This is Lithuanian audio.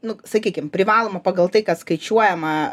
nu sakykim privaloma pagal tai kad skaičiuojama